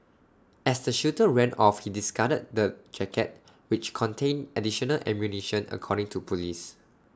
as the shooter ran off he discarded the jacket which contained additional ammunition according to Police